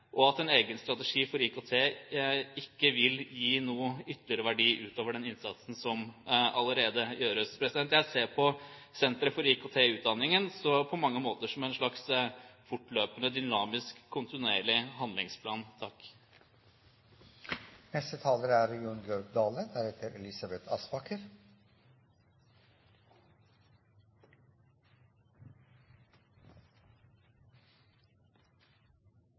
og at en egen strategi for IKT ikke vil gi noen ytterligere verdi utover den innsatsen som allerede gjøres. Jeg ser på Senter for IKT i utdanningen på mange måter som en slags fortløpende dynamisk, kontinuerlig handlingsplan.